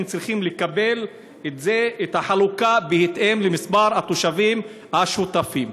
אתם צריכים לקבל את החלוקה בהתאם למספר התושבים השותפים.